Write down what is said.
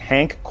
Hank